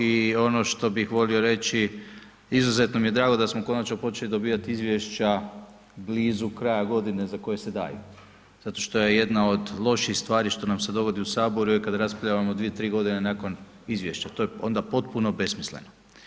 I ono što bih volio reći izuzetno mi je drago da smo konačno počeli dobivati izvješća blizu kraja godine za koje se daju, zato što je jedna od loših stvari što nam se dogodi u Saboru je kada raspravljamo dvije, tri godine nakon izvješća to je onda potpuno besmisleno.